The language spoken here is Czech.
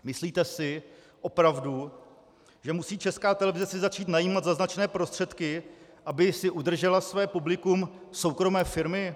Myslíte si opravdu, že si musí Česká televize začít najímat za značné prostředky, aby si udržela své publikum, soukromé firmy?